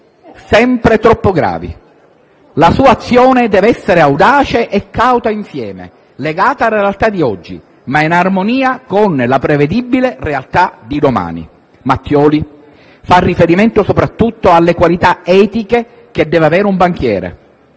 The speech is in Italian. sempre troppo gravi. La sua azione deve essere audace e cauta insieme, legata alla realtà di oggi, ma in armonia con la prevedibile realtà di domani». Mattioli fa riferimento soprattutto alle qualità etiche che deve avere un banchiere.